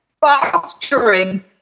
fostering